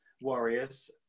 Warriors